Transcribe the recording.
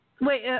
Wait